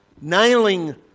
Nailing